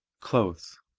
clothes